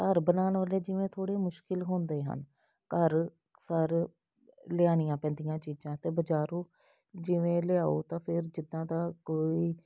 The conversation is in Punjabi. ਘਰ ਬਣਾਉਣ ਵਾਲੇ ਜਿਵੇਂ ਥੋੜ੍ਹੀ ਮੁਸ਼ਕਿਲ ਹੁੰਦੇ ਹਨ ਘਰ ਸਰ ਲਿਆਉਣੀਆਂ ਪੈਂਦੀਆਂ ਚੀਜ਼ਾਂ ਅਤੇ ਬਜ਼ਾਰੋਂ ਜਿਵੇਂ ਲਿਆਓ ਤਾਂ ਫਿਰ ਜਿੱਦਾਂ ਦਾ ਕੋਈ